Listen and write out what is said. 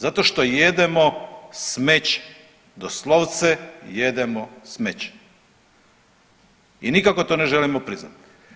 Zato što jedemo smeće, doslovce jedemo smeće i nikako to ne želimo priznati.